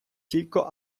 тілько